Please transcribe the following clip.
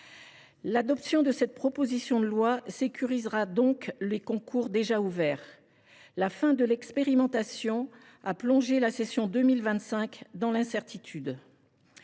l’adoption de cette proposition de loi sécurisera les concours déjà ouverts, la fin de l’expérimentation ayant plongé la session 2025 dans l’incertitude.